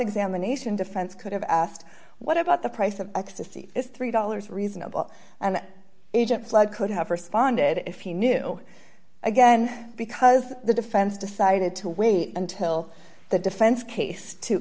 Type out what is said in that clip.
examination defense could have asked what about the price of ecstasy is three dollars reasonable and egypt flood could have responded if he knew again because the defense decided to wait until the defense case to